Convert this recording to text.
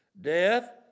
death